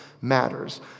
matters